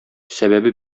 сәбәбе